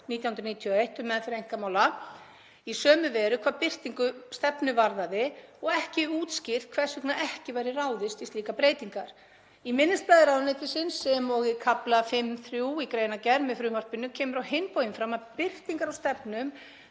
91/1991, um meðferð einkamála, í sömu veru hvað birtingu stefnu varðaði og ekki útskýrt hvers vegna ekki væri ráðist í slíkar breytingar. Í minnisblaði ráðuneytisins, sem og í kafla 5.3 í greinargerð með frumvarpinu, kemur á hinn bóginn fram að birtingar á stefnum